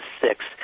six